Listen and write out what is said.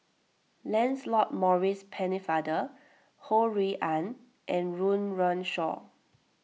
Lancelot Maurice Pennefather Ho Rui An and Run Run Shaw